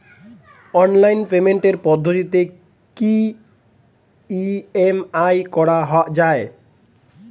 Online পেমেন্টের পদ্ধতিতে কি ই.এম.আই করা যায়?